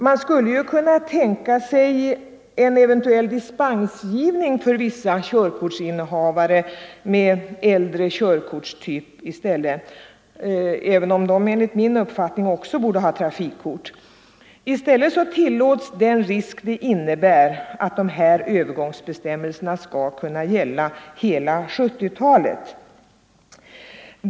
Man skulle 2 kunna tänka sig en eventuell dispensgivning för vissa innehavare av körkort av äldre typ, även om de enligt min uppfattning också borde ha trafikkort. I stället accepteras den risk som det innebär att de här övergångsbestämmelserna skall kunna gälla hela 1970-talet.